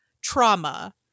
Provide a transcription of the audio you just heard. trauma